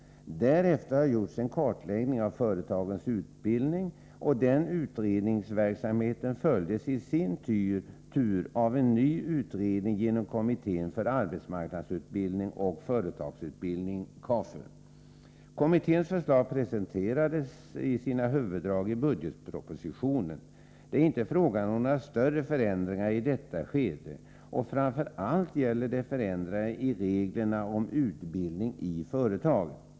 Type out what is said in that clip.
Därefter har gjorts en kartläggning av företagens utbildning, och den utredningsverksamheten följdes i sin tur av en ny utredning genom kommittén för arbetsmarknadsutbildning och företagsutbildning, KAFU. Kommitténs förslag presenteras i sina huvuddrag i budgetpropositionen. Det är inte fråga om några större förändringar i detta skede. Framför allt gäller det ändringar i reglerna om utbildning i företag.